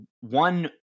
one